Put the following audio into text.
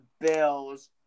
Bills